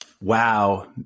wow